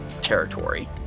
territory